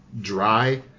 dry